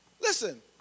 listen